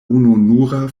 ununura